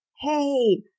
hey